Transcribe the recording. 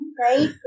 Right